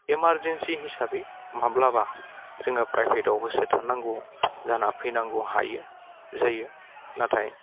emergency हिसाबै माब्लाबा जोङो प्राइभेटआवबो सोथारनांगौ जाना फैनांगौ हायो जायो नाथाय